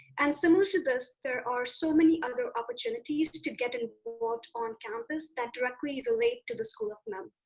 and similar to this, there are so many other opportunities to to get involved on campus that directly relate to the school of mem.